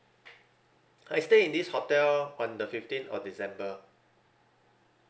I stay in this hotel on the fifteenth of december